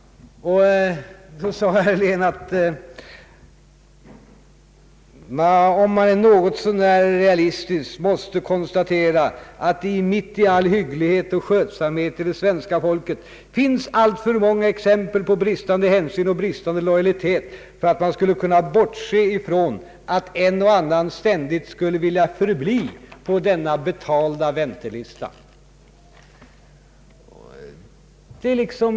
Då sade herr Helén att man, ”om man är något så när realistisk, ändå måste konstatera att det mitt i all hygglighet och skötsamhet i det svenska folket finns alltför många exempel på bristande hänsyn och bristande lojalitet för att man skall kunna bortse ifrån att en och annan ständigt skulle vilja förbli på denna betalda väntelista”.